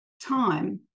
time